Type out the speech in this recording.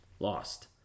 lost